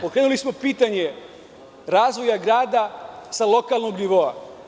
Pokrenuli smo pitanje razvoja grada sa lokalnog nivoa.